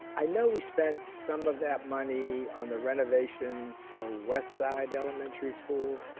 i know we spent some of that money on the renovations for west side elementary school.